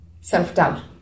self-doubt